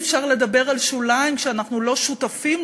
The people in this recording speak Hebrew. אי-אפשר לדבר על שוליים כשאנחנו לא שותפים